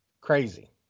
crazy